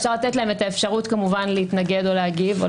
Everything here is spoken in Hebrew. אפשר לתת להם את האפשרות כמובן להתנגד או להגיב.